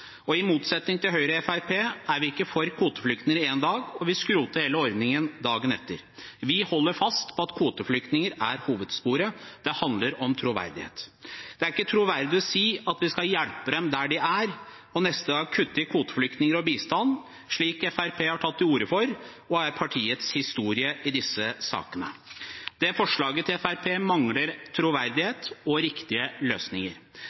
I motsetning til Høyre og Fremskrittspartiet er vi ikke for kvoteflyktninger én dag og vil skrote hele ordningen dagen etter. Vi holder fast på at kvoteflyktninger er hovedsporet. Det handler om troverdighet. Det er ikke troverdig å si at vi skal hjelpe dem der de er, og neste dag kutte i kvoteflyktninger og bistand, slik Fremskrittspartiet har tatt til orde for, og som er partiets historie i disse sakene. Forslaget fra Fremskrittspartiet mangler troverdighet og riktige løsninger.